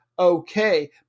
Okay